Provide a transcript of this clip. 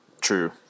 True